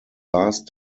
last